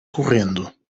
correndo